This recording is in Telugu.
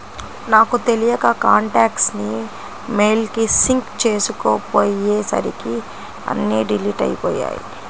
నాకు తెలియక కాంటాక్ట్స్ ని మెయిల్ కి సింక్ చేసుకోపొయ్యేసరికి అన్నీ డిలీట్ అయ్యిపొయ్యాయి